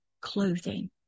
clothing